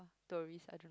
tourists I don't